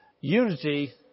Unity